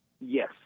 Yes